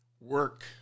work